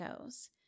goes